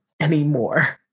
anymore